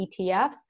ETFs